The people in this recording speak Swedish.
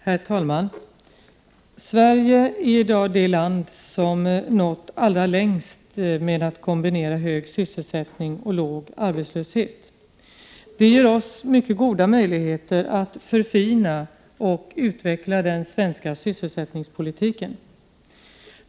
Herr talman! Sverige är i dag det land som nått allra längst med att kombinera hög sysselsättning och låg arbetslöshet. Det ger oss mycket goda möjligheter att förfina och utveckla den svenska sysselsättningspolitiken.